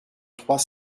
trois